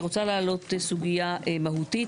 אני רוצה להעלות סוגייה מהותית